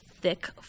thick